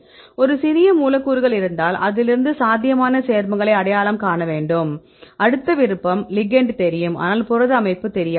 ஒரு சிறிய மூலக்கூறுகள் இருந்தால் அதிலிருந்து சாத்தியமான சேர்மங்களை அடையாளம் காண வேண்டும் அடுத்த விருப்பம் லிகெெண்ட் தெரியும் ஆனால் புரத அமைப்பு தெரியாது